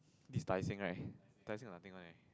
this Tai Seng right Tai Seng got nothing right